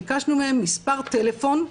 ביקשנו מהם מספר טלפון,